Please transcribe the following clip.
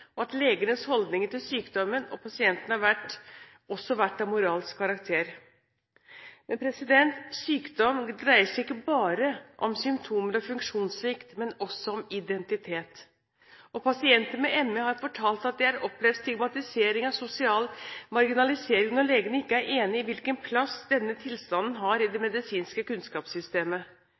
og at legenes holdninger til sykdommen og pasientene også har vært av moralsk karakter. Sykdom dreier seg ikke bare om symptomer og funksjonssvikt, men også om identitet. Pasienter med ME har fortalt at de har opplevd stigmatisering og sosial marginalisering når legene ikke er enige om hvilken plass denne tilstanden har i det medisinske kunnskapssystemet.